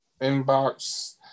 Inbox